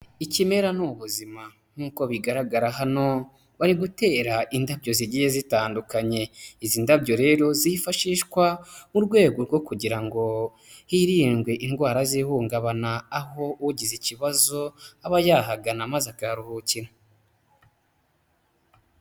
Ikimera ni ubuzima nk'uko bigaragara hano bari gutera indabyo zigiye zitandukanye, izi ndabyo rero zifashishwa mu rwego rwo kugira ngo hirindwe indwara z'ihungabana aho ugize ikibazo aba yahagana maze akaharuhukira.